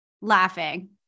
laughing